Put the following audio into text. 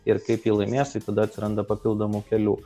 ir kaip jį laimėstai tada atsiranda papildomų kelių